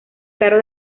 caro